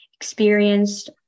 experienced